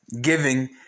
giving